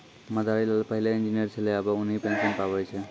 मदारी लाल पहिलै इंजीनियर छेलै आबे उन्हीं पेंशन पावै छै